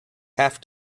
have